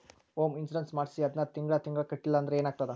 Home insurance ಮಾಡ್ಸಿ ಅದನ್ನ ತಿಂಗ್ಳಾ ತಿಂಗ್ಳಾ ಕಟ್ಲಿಲ್ಲಾಂದ್ರ ಏನಾಗ್ತದ?